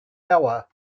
power